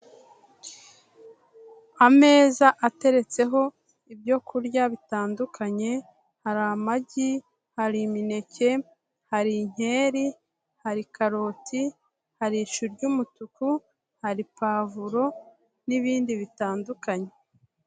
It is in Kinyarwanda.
Ameza ateretseho ibyo kurya bitandukanye: hari amagi, hari imineke, hari inkeri, hari karoti, hari ishu ry'umutuku, hari pavuro n'ibindi bitandukanye.